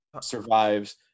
survives